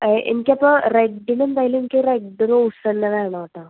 എനിക്ക് അപ്പോ റെഡില് എന്തായാലും എനിക്ക് റെഡ് ബൗസെന്നെ വേണംട്ടാ